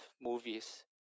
movies